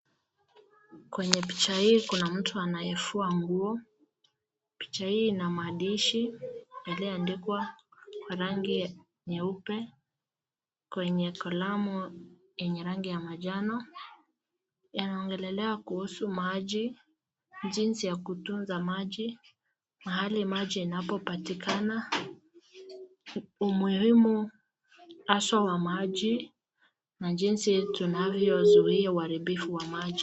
Kwenye picha hii kuna mtu anayefua nguo. Picha hii ina maandishi yaliyoandikwa kwa rangi nyeupe ilioandikwa kwenye kalamu ya rangi ya manjano. Yanaongelea kuhusu maji, jinsi ya kutunza maji, mahali maji inapopatikana, umuhimu haswa wa maji na jinsi tunavyozuia uharibifu wa maji.